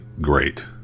great